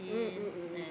mm mm mm mm